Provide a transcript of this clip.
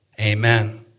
Amen